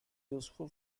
useful